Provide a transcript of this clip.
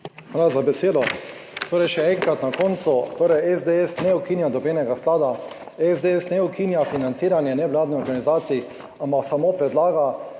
Hvala za besedo. Torej še enkrat na koncu. Torej, SDS ne ukinja nobenega sklada, SDS ne ukinja financiranje nevladnih organizacij, ampak samo predlaga,